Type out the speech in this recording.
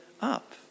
up